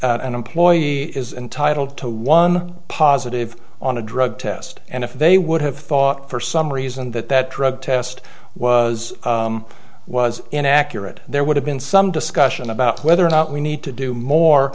an employee is entitled to one positive on a drug test and if they would have thought for some reason that that drug test was was inaccurate there would have been some discussion about whether or not we need to do more